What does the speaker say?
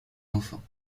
enfants